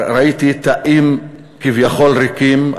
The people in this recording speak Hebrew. ראיתי תאים כביכול ריקים,